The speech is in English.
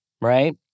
Right